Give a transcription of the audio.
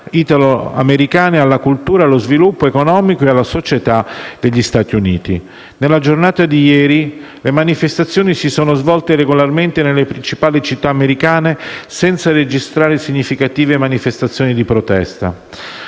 italoamericana alla cultura, allo sviluppo economico e alla società degli Stati Uniti. Nella giornata di ieri le manifestazioni si sono svolte regolarmente nelle principali città americane, senza registrare significative manifestazioni di protesta.